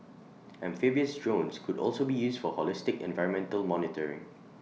amphibious drones could also be used for holistic environmental monitoring